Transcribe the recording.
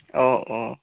অঁ অঁ